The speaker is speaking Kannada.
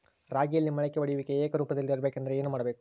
ರಾಗಿಯಲ್ಲಿ ಮೊಳಕೆ ಒಡೆಯುವಿಕೆ ಏಕರೂಪದಲ್ಲಿ ಇರಬೇಕೆಂದರೆ ಏನು ಮಾಡಬೇಕು?